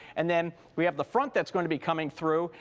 and then we have the front that's gonna be coming through,